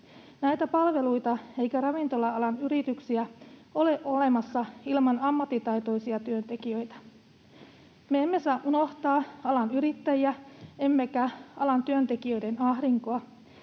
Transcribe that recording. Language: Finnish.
näitä palveluita eikä ravintola-alan yrityksiä ole olemassa ilman ammattitaitoisia työntekijöitä. Me emme saa unohtaa alan yrittäjiä emmekä alan työntekijöiden ahdinkoa,